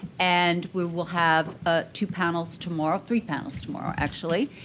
and we will have ah two panels tomorrow. three panels tomorrow, actually.